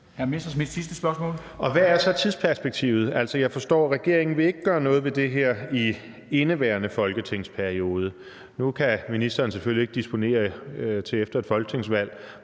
Hvad er så tidsperspektivet? Jeg forstår, at regeringen ikke vil gøre noget ved det her i indeværende folketingsperiode. Nu kan ministeren selvfølgelig ikke disponere i forhold til efter et folketingsvalg,